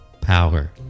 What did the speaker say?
power